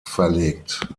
verlegt